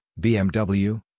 BMW